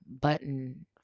button